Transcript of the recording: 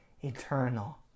eternal